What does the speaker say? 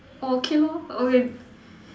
okay lor or with